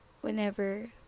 whenever